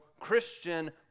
Christian